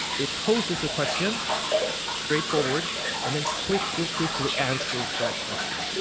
it poses a question straightforward and then quickly, quickly answers that question.